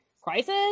Crisis